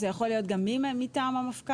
זה יכול להיות גם מי מטעם המפכ"ל?